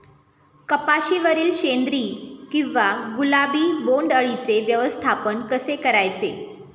कपाशिवरील शेंदरी किंवा गुलाबी बोंडअळीचे व्यवस्थापन कसे करायचे?